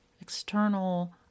external